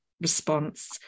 response